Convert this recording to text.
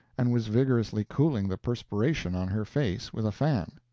and was vigorously cooling the perspiration on her face with a fan.